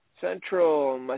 Central